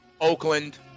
Oakland